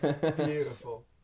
beautiful